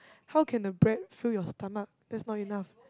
how can the bread fill your stomach that's not enough